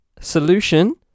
solution